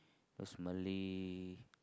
those Malay